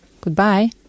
Goodbye